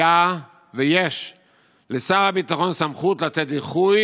היה ויש לשר הביטחון סמכות לתת דיחוי